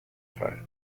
fall